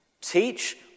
teach